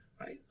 Right